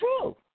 true